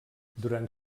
durant